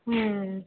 ਹੁੰ